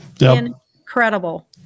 Incredible